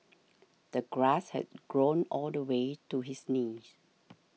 the grass had grown all the way to his knees